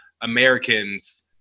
Americans